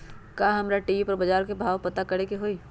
का हमरा टी.वी पर बजार के भाव पता करे के होई?